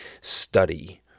study